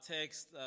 text